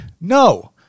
No